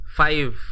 five